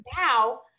now